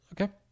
Okay